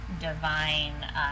divine